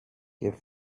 give